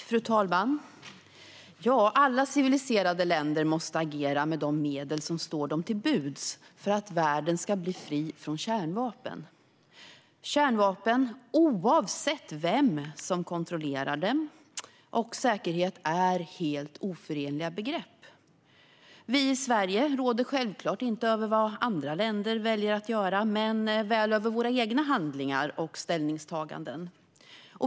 Fru talman! Alla civiliserade länder måste agera med de medel som står dem till buds för att världen ska bli fri från kärnvapen. Kärnvapen, oavsett vem som kontrollerar dem, och säkerhet är helt oförenliga begrepp. Vi i Sverige råder självklart inte över vad andra länder väljer att göra men väl över våra egna handlingar och ställningstaganden.